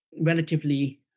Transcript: relatively